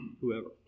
whoever